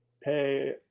pay